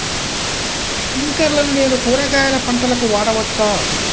స్ప్రింక్లర్లను నేను కూరగాయల పంటలకు వాడవచ్చా?